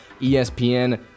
espn